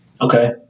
Okay